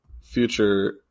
future